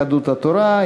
יהדות התורה.